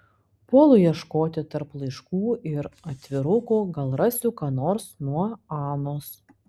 puolu ieškoti tarp laiškų ir atvirukų gal rasiu ką nors nuo anos